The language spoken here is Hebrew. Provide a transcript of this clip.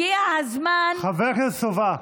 הגיע הזמן, חבר הכנסת סובה,